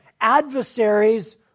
adversaries